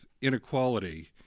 inequality